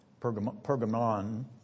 Pergamon